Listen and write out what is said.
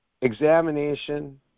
examination